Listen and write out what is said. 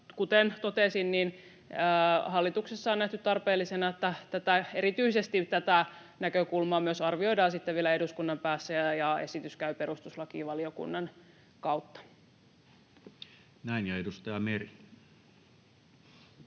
kuten totesin, hallituksessa on nähty tarpeellisena, että erityisesti tätä näkökulmaa myös arvioidaan sitten vielä eduskunnan päässä ja esitys käy perustuslakivaliokunnan kautta. [Speech 101] Speaker: